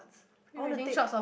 I want to take